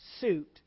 suit